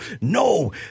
no